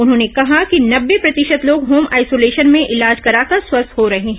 उन्होंने कहा कि नब्बे प्रतिशत लोग होम ऑइसोलेशन में इलाज कराकर स्वस्थ हो रहे हैं